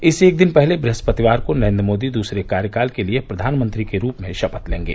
इससे एक दिन पहले बृहस्पतिवार को नरेन्द्र मोदी दूसरे कार्यकाल के लिए प्रधानमंत्री के रूप में शपथ लेंगे